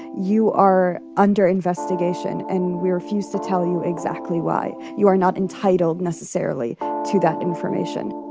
you are under investigation, and we refuse to tell you exactly why. you are not entitled necessarily to that information